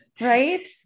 right